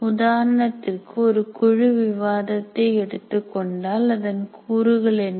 உதாரணத்திற்கு ஒரு குழு விவாதத்தை எடுத்துக்கொண்டால் அதன் கூறுகள் என்ன